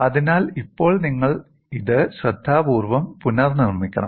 അതിനാൽ ഇപ്പോൾ നിങ്ങൾ ഇത് ശ്രദ്ധാപൂർവ്വം പുനർനിർമ്മിക്കണം